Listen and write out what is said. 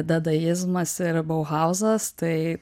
dadaizmas ir bauhauzas tai